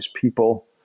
people